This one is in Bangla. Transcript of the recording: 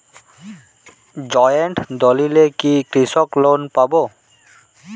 জয়েন্ট দলিলে কি কৃষি লোন পাব?